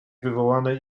wywołanej